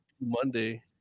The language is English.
Monday